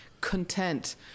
content